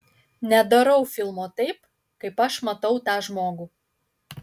nedarau filmo taip kaip aš matau tą žmogų